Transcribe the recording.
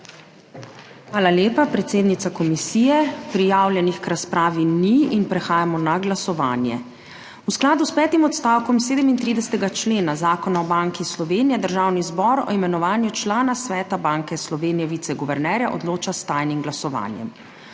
Hvala lepa, predsednica komisije. Prijavljenih k razpravi ni. Prehajamo na glasovanje. V skladu s petim odstavkom 37. člena Zakona o Banki Slovenije Državni zbor o imenovanju člana Sveta Banke Slovenije - viceguvernerja odloča s tajnim glasovanjem.